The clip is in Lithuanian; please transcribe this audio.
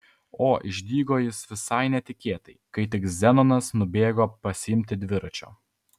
o išdygo jis visai netikėtai kai tik zenonas nubėgo pasiimti dviračio